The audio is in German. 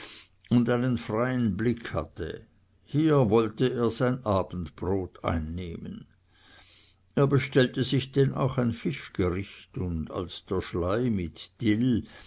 und einen freien blick hatte hier wollt er sein abendbrot einnehmen er bestellte sich denn auch ein fischgericht und als der schlei mit dill